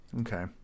Okay